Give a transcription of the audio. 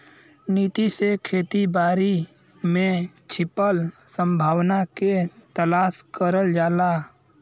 नीति से खेती बारी में छिपल संभावना के तलाश करल जाला